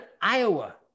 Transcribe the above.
Iowa